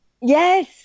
Yes